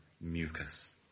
mucus